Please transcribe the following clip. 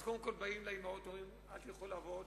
אז קודם כול באים לאמהות ואומרים: אל תלכו לעבוד,